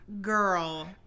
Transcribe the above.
girl